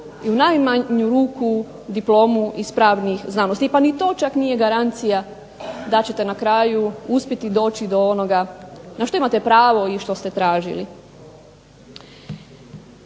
i u najmanju ruku diplomu iz pravnih znanosti. Pa ni to čak nije garancija da ćete na kraju uspjeti doći do onoga na što imate pravo i što ste tražili.